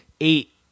eight